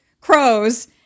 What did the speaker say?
crows